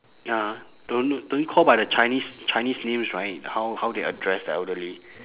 ya don't don't call by the chinese chinese names right how how they address the elderly